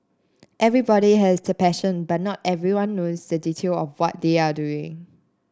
everybody has the passion but not everyone knows the detail of what they are doing